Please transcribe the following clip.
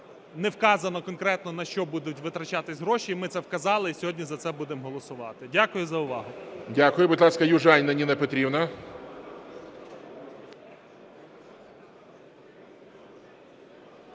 не вказано конкретно, на що будуть витрачатись гроші, ми це вказали і сьогодні за це будемо голосувати. Дякую за увагу. ГОЛОВУЮЧИЙ. Дякую. Будь ласка, Южаніна Ніна Петрівна.